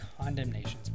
condemnations